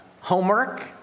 homework